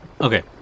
Okay